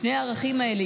שני הערכים האלה,